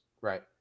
Right